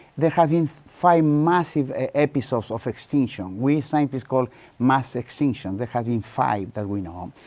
there have been five massive episodes of extinction. we scientists call mass extinction, there have been five that we know, um